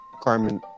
Carmen